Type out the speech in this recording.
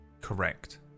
Correct